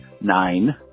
nine